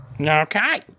okay